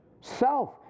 self